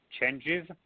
changes